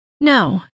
No